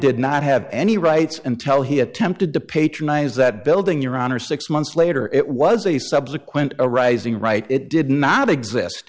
did not have any rights and tell he attempted to patronize that building your honor six months later it was a subsequent arising right it did not exist